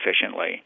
efficiently